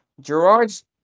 Gerard's